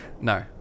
No